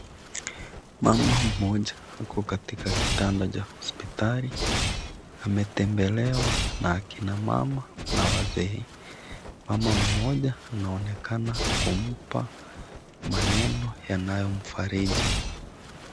Mama mmoja ako katika kitanda cha hospitali, ametembelewa na akina mama na wazee. Mama mmoja anaonekana kumpa maneno yanayomfariji.